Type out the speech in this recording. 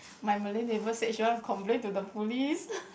my Malay neighbour said she want to complain to the police